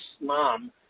mom